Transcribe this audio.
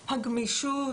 נדרשת גמישות,